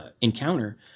encounter